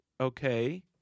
Okay